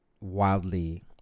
wildly